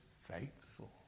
faithful